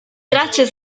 tracce